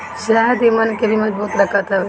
शहद इम्यून के भी मजबूत रखत हवे